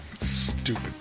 Stupid